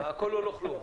הכלכלי.